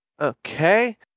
Okay